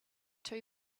two